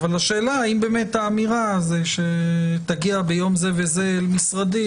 אבל השאלה היא האם האמירה היא שתגיע ביום זה וזה למשרדי,